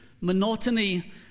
monotony